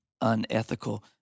unethical